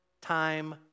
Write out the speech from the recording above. time